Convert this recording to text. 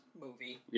movie